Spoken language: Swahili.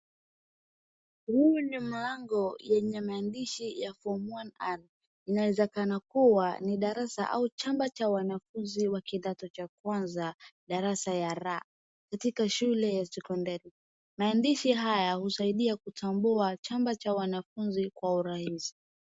Huu ni mlango yenye maandishi ya form one R . Inaeza kuwa ni darasa au chumba cha wanafunzi wa kidato cha kwanza darasa ya R katika shule ya sekondari ,maandishi haya husaidia kutambua chumba cha wanafunzi kwa uraisi.